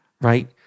right